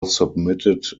submitted